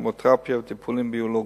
כימותרפיה וטיפולים ביולוגיים.